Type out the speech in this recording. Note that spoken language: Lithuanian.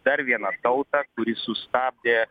dar vieną tautą kuri sustabdė